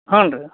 ಹ್ಞೂ ರೀ